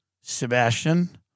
Sebastian